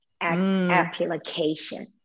application